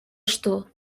что